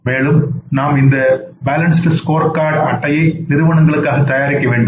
மேலும் நாம் இந்த பேலன்ஸ்டு ஸ்கோர் அட்டையை நிறுவனங்களுக்காக தயாரிக்க வேண்டும்